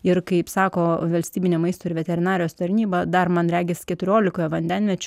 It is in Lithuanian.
ir kaip sako valstybinė maisto ir veterinarijos tarnyba dar man regis keturiolikoje vandenviečių